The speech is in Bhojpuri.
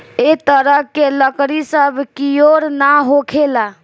ए तरह के लकड़ी सब कियोर ना होखेला